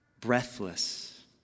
breathless